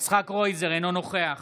אינו נוכח